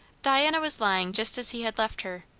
diana was lying just as he had left her.